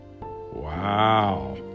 Wow